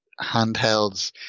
handhelds